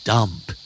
Dump